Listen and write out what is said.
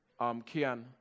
Kian